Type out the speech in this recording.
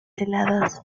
heladas